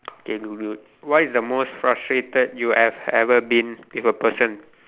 okay good good what is the most frustrated you have ever been with a person